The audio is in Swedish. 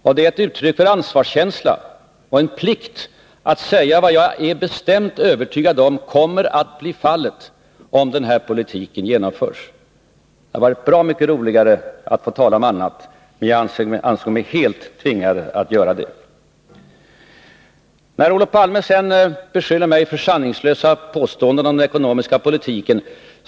Det är ett uttryck för ansvarskänsla — och en plikt — att säga vad jag är bestämt övertygad om kommer att bli resultatet om denna politik genomförs. Det hade varit bra mycket roligare att tala om annat, men jag ansåg mig helt tvingad att tala om detta. Olof Palme beskyller mig för sanningslösa påståenden om den ekonomiska politiken.